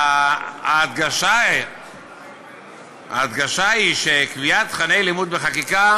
ההדגשה היא שקביעת תוכני לימוד בחקיקה